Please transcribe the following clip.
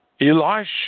Elisha